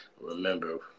Remember